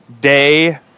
Day